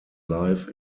life